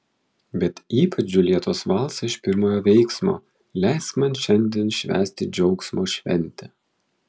bet ypač džiuljetos valsą iš pirmojo veiksmo leisk man šiandien švęsti džiaugsmo šventę